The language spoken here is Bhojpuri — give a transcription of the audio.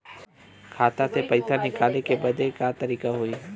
खाता से पैसा निकाले बदे का करे के होई?